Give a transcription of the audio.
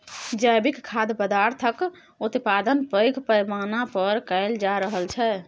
जैविक खाद्य पदार्थक उत्पादन पैघ पैमाना पर कएल जा रहल छै